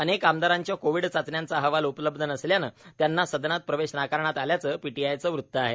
अनेक आमदारांच्या कोविड चाचण्यांचा अहवाल उपलब्ध नसल्यानं त्यांना सदनात प्रवेश नाकारण्यात आल्याचं पीटीआयचं वृत्त आहे